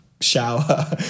shower